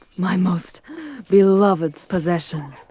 my most beloved possession.